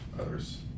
others